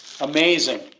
Amazing